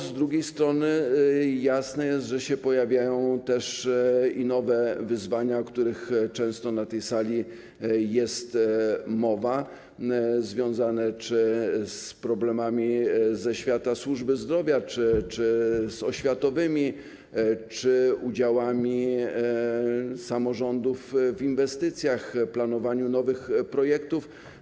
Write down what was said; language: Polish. Z drugiej strony jasne jest, że się pojawiają również nowe wyzwania, o których często na tej sali jest mowa, związane z problemami czy ze świata służby zdrowia, czy z oświatowymi, czy z udziałami samorządów w inwestycjach, w planowaniu nowych projektów.